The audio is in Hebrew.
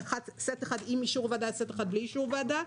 סט אחד עם אישור הוועדה וסט אחד בלי אישור הוועדה,